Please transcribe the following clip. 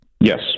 Yes